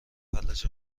فلج